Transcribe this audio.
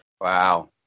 Wow